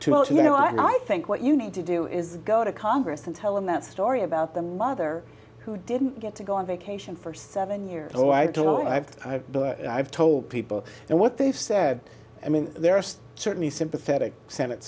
you know i think what you need to do is go to congress and tell him that story about the mother who didn't get to go on vacation for seven years so i don't have to have told people and what they've said i mean there are certainly sympathetic senate